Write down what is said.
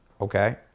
okay